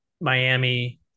Miami